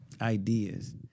ideas